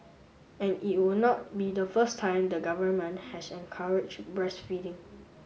and it would not be the first time the government has encouraged breastfeeding